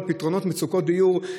על פתרונות למצוקות דיור,